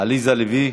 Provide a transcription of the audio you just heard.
עליזה לביא,